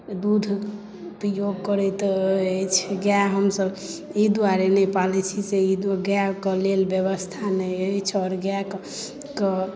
दूध उपयोग करैत अछि गाए हमसभ ई द्वारे नहि पालैत छी से गाएके लेल व्यवस्था नहि अछि आओर ई गाएके